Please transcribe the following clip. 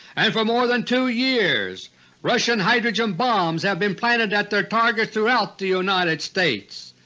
and for more than two years russian hydrogen bombs have been planted at their targets throughout the united states.